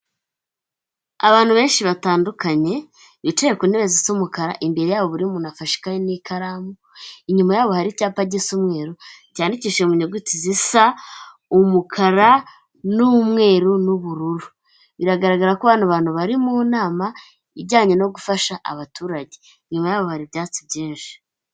Abantu benshi batandukanye, bicaye ku ntebe zisa umukara, imbere yabo buri muntu afashe ikayi n'ikaramu, inyuma yabo hari icyapa gisa umweru, cyandikishije mu nyuguti zisa umukara n'umweru n'ubururu, biragaragara ko hano abantu bari mu nama ijyanye no gufasha abaturage, inyuma yabo hari ibyatsi byinshi.